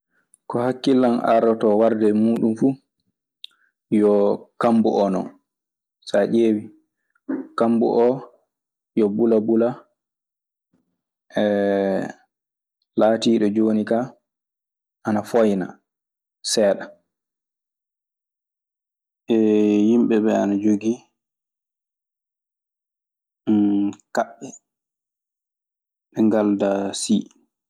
nokku fuu ana joggii famuuji muuɗum. Minenkaa ɗo amen ɗoo so a ƴeewii buuwirɗi eɓe mbiya, so wuuwaama fuu ana naɓa; saatuuji moƴƴere caatuuji ana wuuwa torraadaaji.